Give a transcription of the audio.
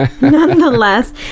nonetheless